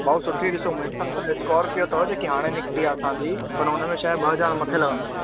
भाउ सुठी ॾिसो मुंहिंजे हिसाबु सां इस्कॉरपियो अथव जेकी हाणे निकिती आहे असांजी पर हुन में छाहे ॿ हज़ार मथे लॻंदुव